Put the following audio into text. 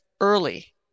early